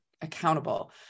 accountable